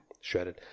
shredded